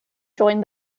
joined